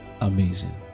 Amazing